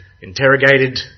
interrogated